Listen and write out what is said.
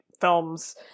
films